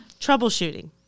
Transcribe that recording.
troubleshooting